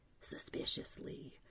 suspiciously